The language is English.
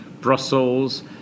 Brussels